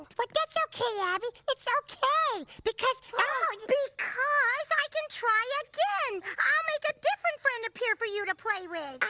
but that's okay abby, it's ah okay, because ah elmo because i can try again! i'll make a different friend appear for you to play with.